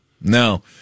No